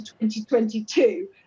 2022